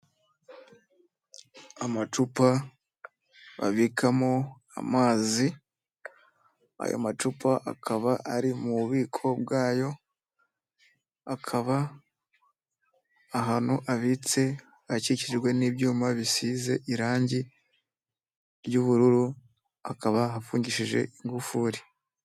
Amacupa babikamo amazi, ayo macupa akaba ari mu bubiko bwayo, akaba ahantu abitse akikijwe n'ibyuma bisize irangi ry'ubururu, akaba apfungishije ingufuri.